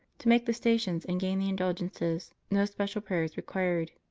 to make the stations and gain the indulgences, no special prayer is required.